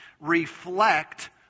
reflect